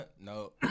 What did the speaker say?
No